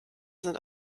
sind